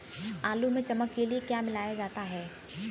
आलू में चमक के लिए क्या मिलाया जाता है?